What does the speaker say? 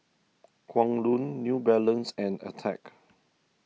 Kwan Loong New Balance and Attack